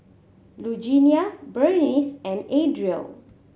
Lugenia Berniece and Adriel